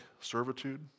servitude